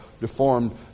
deformed